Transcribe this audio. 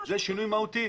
זה שינוי מהותי.